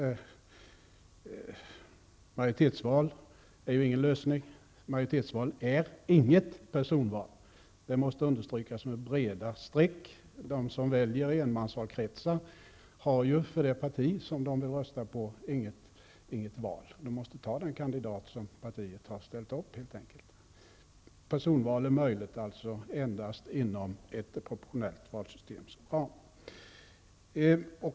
Majoritetsval är ju ingen lösning. Majoritetsval är inget personval, det måste understrykas med breda streck. De som väljer i enmansvalkretsar har ju i fråga om kandidater för det parti de röstar på inget val, utan de måste helt enkelt ta den kandidat som partiet har ställt upp. Personval är således möjligt endast inom ramen för ett proportionellt valsystem.